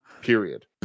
period